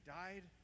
died